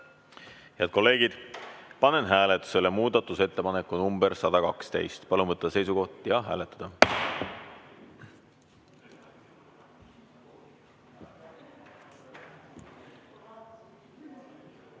Head kolleegid, panen hääletusele muudatusettepaneku nr 112. Palun võtta seisukoht ja hääletada!